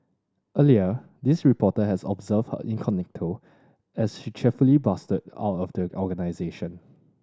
earlier this reporter has observed her incognito as she cheerily bustled out of the organisation